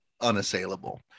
unassailable